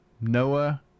Noah